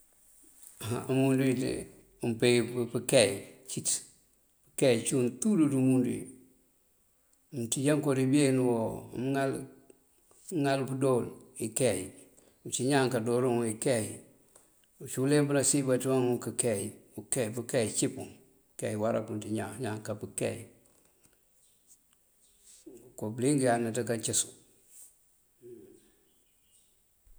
Áha umundu wí de ţí umpee wí pëkeey cíţ. Pëkeey cúun túuduŋ ţí umundu wí. Mënţíj ank koo dí beenu woo amëŋal pëdoo wul ikeey, ucí ñaan kadoo luŋ úu ikeey, ucí wuleemp nasiyën baţí waŋu këkeey. Pëkeey ukeey cí puŋ pëkeey wará puŋ ţí ñaan, ñaan kapëkeey. Ngëko bëliyëng yanëţ kancësu.